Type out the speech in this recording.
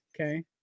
Okay